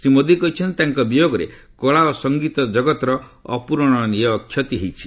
ଶ୍ରୀ ମୋଦି କହିଛନ୍ତି ତାଙ୍କ ବିୟୋଗରେ କଳା ଓ ସଙ୍ଗୀତ ଜଗତର ଅପ୍ରରଣୀୟ କ୍ଷତି ହୋଇଛି